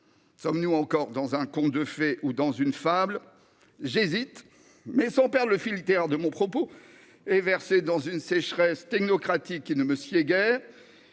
Sommes-nous encore dans un conte de fées ou dans une fable ? J'hésite. Sans perdre le fil littéraire de mon propos, et au risque de verser dans une sécheresse technocratique qui ne me sied guère,